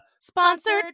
Sponsored